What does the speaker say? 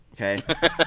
okay